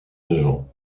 agents